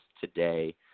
today